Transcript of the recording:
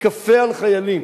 ייכפה על חיילים